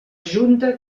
junta